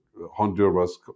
Honduras